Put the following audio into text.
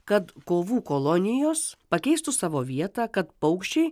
kad kovų kolonijos pakeistų savo vietą kad paukščiai